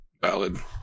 Valid